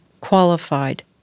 qualified